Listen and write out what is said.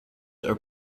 are